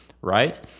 right